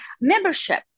membership